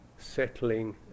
Settling